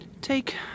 take